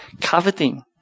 coveting